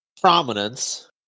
prominence